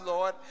Lord